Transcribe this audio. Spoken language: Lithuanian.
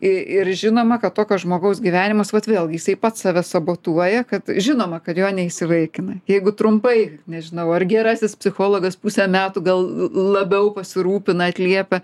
ir ir žinoma kad tokio žmogaus gyvenimas vat vėlgi jisai pats save sabotuoja kad žinoma kad jo neįsivaikina jeigu trumpai nežinau ar gerasis psichologas pusę metų gal labiau pasirūpina atliepia